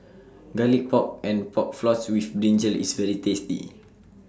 Garlic Pork and Pork Floss with Brinjal IS very tasty